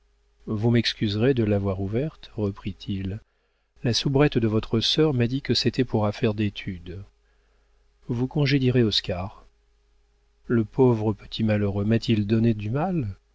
vous m'excuserez de l'avoir ouverte reprit-il la soubrette de votre sœur m'a dit que c'était pour affaire d'étude vous congédierez oscar le pauvre petit malheureux m'a-t-il donné du mal